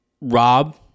Rob